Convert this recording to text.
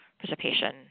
participation